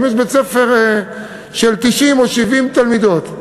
אם יש בית-ספר של 90 או 70 תלמידות.